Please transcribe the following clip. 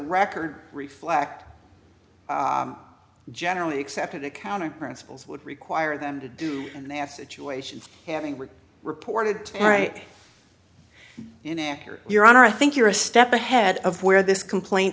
record reflect the generally accepted accounting principles would require them to do and they have situations having reported right in there your honor i think you're a step ahead of where this complaint